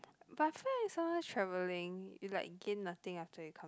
but friend is sometime travelling you like gain nothing after you come